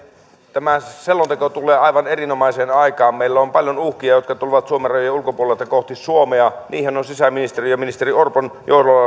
tämä selonteko tulee aivan erinomaiseen aikaan meillä on paljon uhkia jotka tulevat suomen rajojen ulkopuolelta kohti suomea niihin on sisäministeriö ministeri orpon